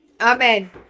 Amen